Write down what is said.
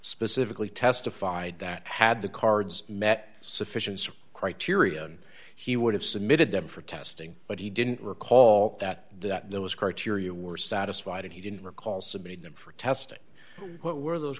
specifically testified that had the cards met sufficiency criteria and he would have submitted them for testing but he didn't recall that that there was criteria were satisfied and he didn't recall submitting them for testing what were those